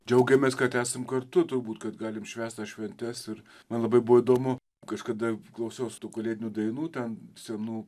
džiaugiamės kad esam kartu turbūt kad galim švęst tas šventes ir man labai buvo įdomu kažkada klausiaus tų kalėdinių dainų ten senų